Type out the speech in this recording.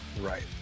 right